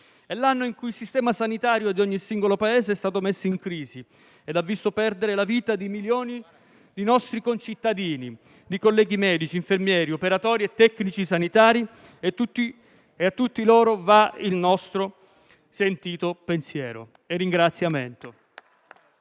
È l'anno in cui il sistema sanitario di ogni singolo Paese è stato messo in crisi e ha visto perdere la vita di milioni di nostri concittadini, colleghi medici, infermieri, operatori e tecnici sanitari, a cui vanno il nostro sentito pensiero e ringraziamento.